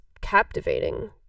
captivating